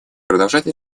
продолжать